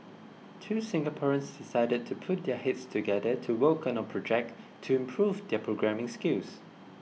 two Singaporeans decided to put their heads together to work on a project to improve their programming skills